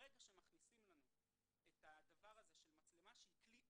ברגע שמכניסים לנו את הדבר הזה של מצלמה שהיא כלי עזר,